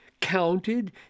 counted